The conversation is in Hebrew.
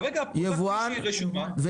כרגע הפקודה כפי שהיא רשומה --- מה?